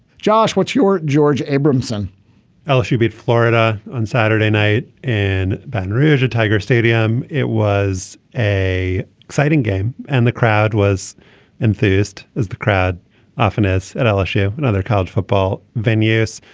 josh what's your george abramson lsu beat florida on saturday night in baton rouge tiger stadium. it was a exciting game and the crowd was in first as the crowd often is at lsu and other college football venues.